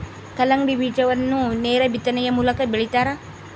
ಕಲ್ಲಂಗಡಿ ಬೀಜವನ್ನು ನೇರ ಬಿತ್ತನೆಯ ಮೂಲಕ ಬೆಳಿತಾರ